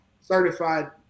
certified